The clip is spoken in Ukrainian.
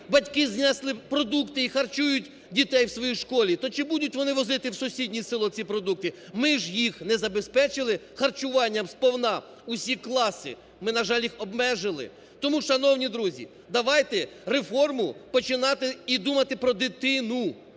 батьки знесли продукти і харчують дітей у своїй школі, то чи будуть вони возити у сусіднє село, ці продукти? Ми ж їх не забезпечили харчуванням сповна усі класи. Ми, на жаль, їх обмежили. Тому, шановні друзі, давайте реформу починати і думати про дитину,